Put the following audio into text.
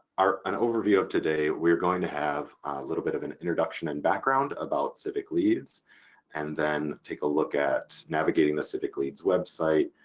an overview of today, we're going to have a little bit of an introduction and background about civicleads and then take a look at navigating the civicleads website,